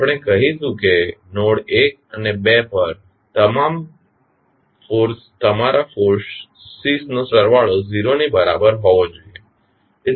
આપણે કહીશું કે નોડ 1 અને 2 પર તમારા ફોર્સિસ નો સરવાળો 0 ની બરાબર હોવો જોઈએ